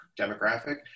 demographic